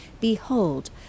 Behold